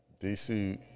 DC